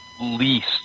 least